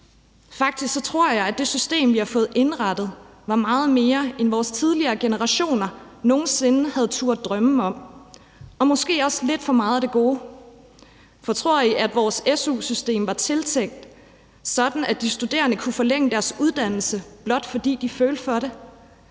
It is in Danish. Faktisk tror jeg, at det system, vi har fået indrettet, var meget mere, end vores tidligere generationer nogen sinde havde turdet drømme om, og måske også lidt for meget af det gode. For tror I, vores su-system var tiltænkt sådan, at de studerende kunne forlænge deres uddannelse, blot fordi de følte for det,